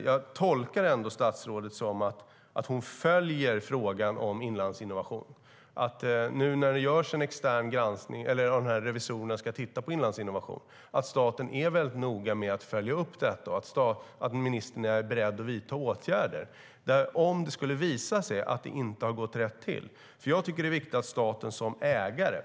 Jag tolkar det statsrådet säger som att hon följer frågan om Inlandsinnovation, att staten nu när revisorerna ska titta på Inlandsinnovation är noga med att följa upp detta och att ministern är beredd att vidta åtgärder om det skulle visa sig att det inte har gått rätt till.